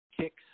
Kicks